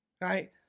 Right